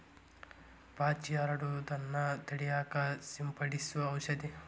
ಪಾಚಿ ಹರಡುದನ್ನ ತಡಿಯಾಕ ಸಿಂಪಡಿಸು ಔಷದ